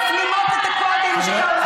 מפנימות את הקודים של העולם הגברי.